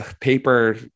Paper